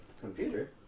computer